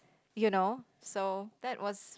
you know so that was